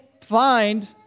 find